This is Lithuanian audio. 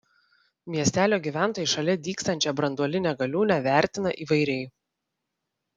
miestelio gyventojai šalia dygstančią branduolinę galiūnę vertina įvairiai